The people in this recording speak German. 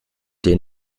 den